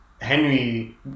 Henry